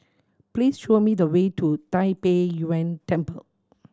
please show me the way to Tai Pei Yuen Temple